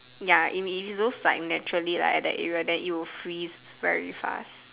ya it it's those naturally like at that area then it will freeze very fast